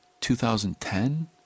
2010